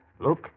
Look